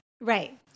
Right